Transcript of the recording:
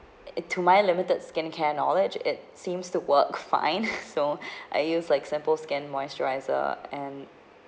it to my limited skincare knowledge it seems to work fine so I use like simple skin moisturiser and